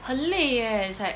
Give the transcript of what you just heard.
很累 eh it's like